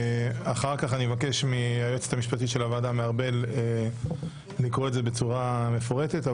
אני אבקש מהיועצת המשפטית של הוועדה לקרוא את זה בצורה מפורטת,